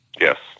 Yes